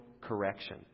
correction